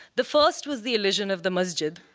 the first was the illusion of the musjid,